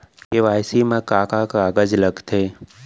KYC मा का का कागज लगथे?